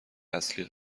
اصلی